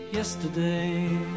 Yesterday